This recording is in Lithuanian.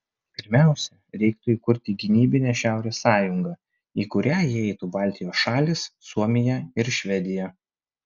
pirmiausia reiktų įkurti gynybinę šiaurės sąjungą į kurią įeitų baltijos šalys suomija ir švedija